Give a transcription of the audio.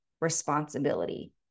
responsibility